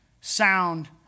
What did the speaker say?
sound